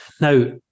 Now